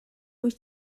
wyt